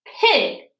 pig